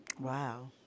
Wow